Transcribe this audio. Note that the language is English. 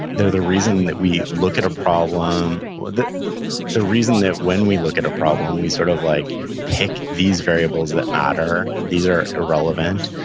they're the reason that we look at a problem, the the reason that when we look at a problem, we sort of like pick these variables that matter these are irrelevant.